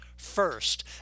First